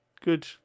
Good